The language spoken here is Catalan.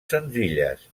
senzilles